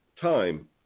time